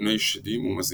מפני שדים ומזיקים.